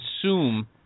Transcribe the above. assume